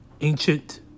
Ancient